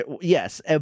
Yes